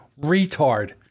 retard